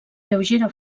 lleugera